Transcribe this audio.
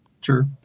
Sure